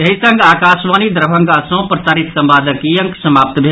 एहि संग आकाशवाणी दरभंगा सँ प्रसारित संवादक ई अंक समाप्त भेल